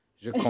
je